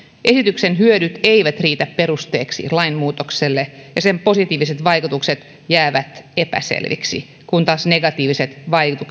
esityksen hyödyt eivät riitä perusteeksi lainmuutokselle ja sen positiiviset vaikutukset jäävät epäselviksi kun taas negatiiviset